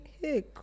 Hey